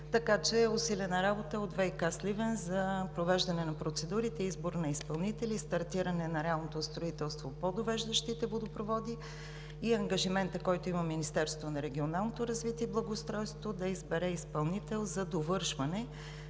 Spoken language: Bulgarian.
Така че усилената работа от ВиК – Сливен, за провеждане на процедурите, избор на изпълнители и стартиране на реалното строителство по довеждащите водопроводи и ангажиментът, който има Министерството на регионалното развитие и благоустройството, да избере изпълнител за довършване